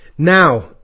Now